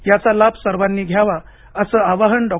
याचा लाभ सर्वांनी घ्यावा असं आवाहन डॉ